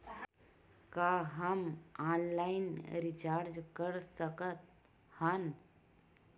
का हम online recharge कर सकत हन?